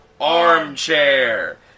Armchair